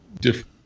different